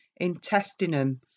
intestinum